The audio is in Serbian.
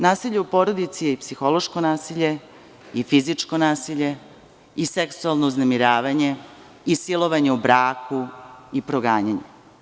Nasilje u porodici je i psihološko nasilje i fizičko nasilje i seksualno uznemiravanje i silovanje u braku i proganjanje.